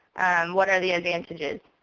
what are the advantages?